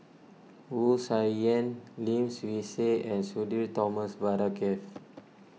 Wu Tsai Yen Lim Swee Say and Sudhir Thomas Vadaketh